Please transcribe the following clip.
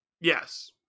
yes